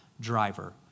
driver